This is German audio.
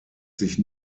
sich